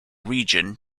region